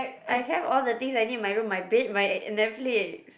I have all the things I need in my room my bed my Netflix